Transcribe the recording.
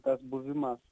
kad buvimas